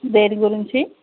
దేని గురించి